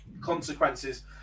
consequences